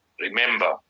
remember